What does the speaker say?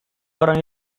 orang